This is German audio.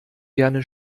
gerne